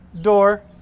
door